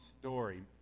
story